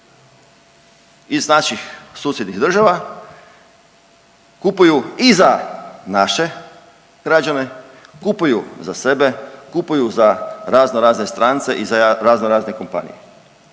Iz naših susjednih država kupuju i za naše građane, kupuju za sebe, kupuju za razno razne strance i za razno razne kompanije.